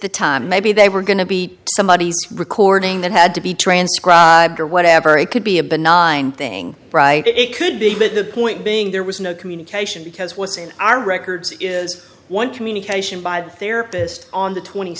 the time maybe they were going to be somebody's recording that had to be transcribed or whatever it could be a benign thing it could be but the point being there was no communication because what's in our records is one communication by the therapist on the twenty